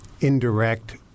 indirect